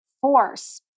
force